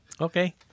Okay